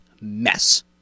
mess